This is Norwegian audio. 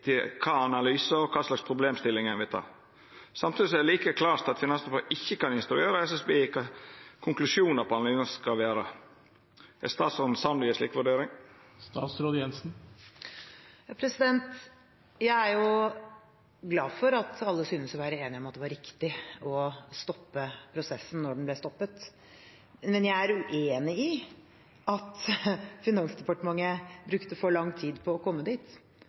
til analysar av kva slags problemstillingar ein vil. Samtidig er det like klart at Finansdepartementet ikkje kan instruera SSB i kva konklusjonane på analysane skal vera. Er statsråden samd i ei slik vurdering? Jeg er glad for at alle synes å være enige om at det var riktig å stoppe prosessen da den ble stoppet. Men jeg er uenig i at Finansdepartementet brukte for lang tid på å komme dit.